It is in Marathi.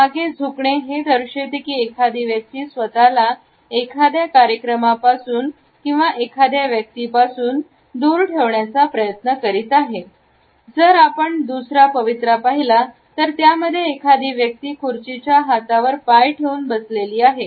मागे झुकणे हे दर्शविते की एखादी व्यक्ती स्वतःला एखाद्या कार्यक्रमा पासून किंवा एखाद्या व्यक्तीपासून दूर ठेवण्याचा प्रयत्न करीत आहे जर आपण दुसरे पवित्रा पाहिले तर त्यामध्ये एखादी व्यक्ती खुर्चीच्या हाताच्वर पाय ठेवून बसली आहे